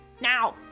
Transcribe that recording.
Now